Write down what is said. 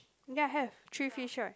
ya have three fish right